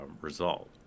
result